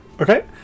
Okay